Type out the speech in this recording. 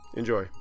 enjoy